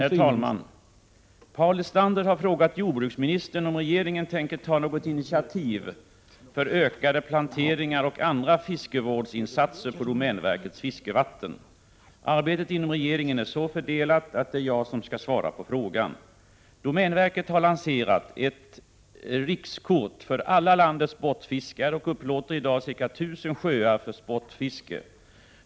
Herr talman! Paul Lestander har frågat jordbruksministern om regeringen tänker ta något initiativ för ökade planteringar och andra fiskevårdsinsatser på domänverkets fiskevatten. Arbetet inom regeringen är så fördelat att det är jag som skall svara på frågan. Domänverket har lanserat ett rikskort för alla landets sportfiskare och upplåter i dag ca 1 000 sjöar för sportfiske.